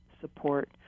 support